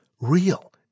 real